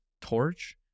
torch